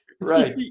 right